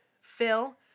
Phil